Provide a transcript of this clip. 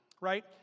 right